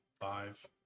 Five